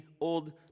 Old